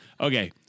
Okay